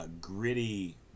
gritty